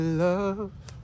love